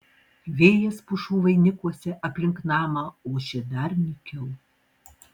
vėjas pušų vainikuose aplink namą ošė dar nykiau